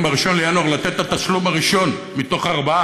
ב-1 בינואר לתת את התשלום הראשון מארבעה,